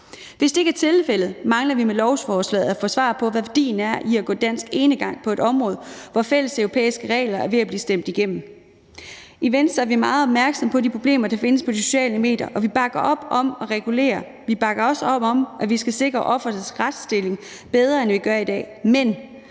Hvis det ikke er tilfældet, mangler vi med lovforslaget at få svar på, hvad værdien er i at gå dansk enegang på et område, hvor fælles europæiske regler er ved at blive stemt igennem. I Venstre er vi meget opmærksomme på de problemer, der findes på de sociale medier, og vi bakker op om at regulere. Vi bakker også op om, at vi skal sikre ofrenes retsstilling bedre, end vi gør i dag, men